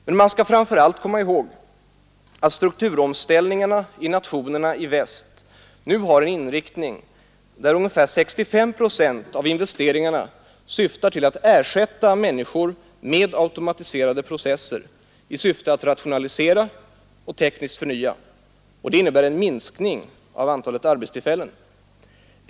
Men man skall framför allt komma ihåg att strukturomställningarna i nationerna i väst nu har en sådan inriktning att 65 procent av investeringarna syftar till att ersätta människor med automatiserade processer i syfte att rationalisera och tekniskt förnya, och är — som det innebär en minskning av antalet arbetstillfällen.